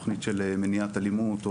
תוכנית של מניעת אלימות,